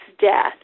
death